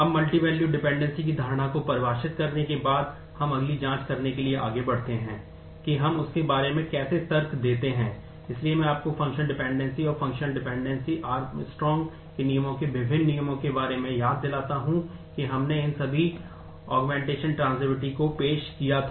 अब multivalued dependency को पेश किया था